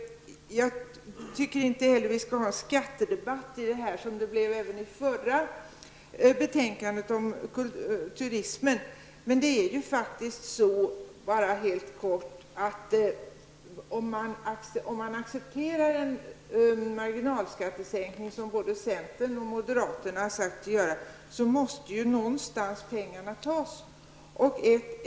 Jag tycker inte heller att vi skall föra en skattedebatt nu, såsom det även blev kring det förra ärendet om turismen. Om man accepterar en marginalskattesänkning, som både centern och moderaterna har sagt sig göra, måste pengarna tas någonstans ifrån.